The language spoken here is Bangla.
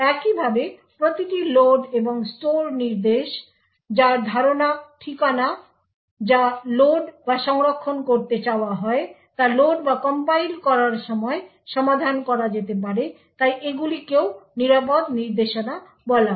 একইভাবে প্রতিটি লোড এবং স্টোর নির্দেশ যার ধারণা ঠিকানা যা লোড বা সংরক্ষণ করতে চাওয়া হয় তা লোড বা কম্পাইল করার সময় সমাধান করা যেতে পারে তাই এগুলিকেও নিরাপদ নির্দেশনা বলা হয়